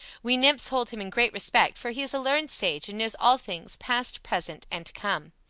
we nymphs hold him in great respect, for he is a learned sage and knows all things, past, present, and to come.